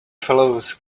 fellows